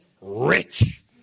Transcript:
rich